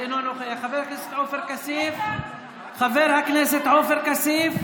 אינו נוכח, חבר הכנסת עופר כסיף,